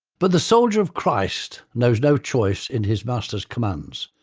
but the soldier of christ knows no choice in his master's commands.